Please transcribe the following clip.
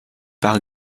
par